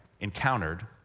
encountered